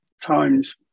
times